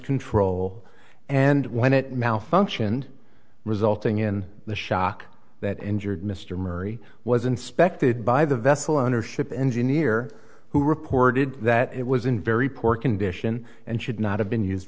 control and when it malfunctioned resulting in the shock that injured mr murray was inspected by the vessel ownership engineer who reported that it was in very poor condition and should not have been used